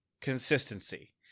consistency